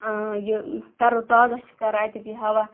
یہِ تَروتازہ چھُ کَران اَتِیُک یہِ ہوا